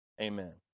Amen